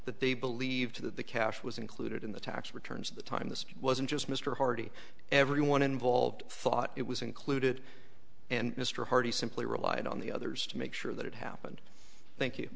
that they believed that the cash was included in the tax returns at the time this wasn't just mr hardy everyone involved thought it was included and mr hardy simply relied on the others to make sure that it happened thank you